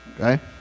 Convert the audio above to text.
Okay